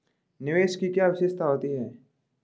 निवेश की क्या विशेषता होती है?